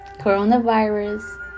coronavirus